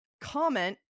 comment